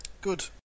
Good